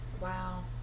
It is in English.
Wow